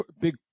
big